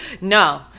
no